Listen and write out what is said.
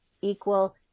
equal